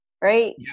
right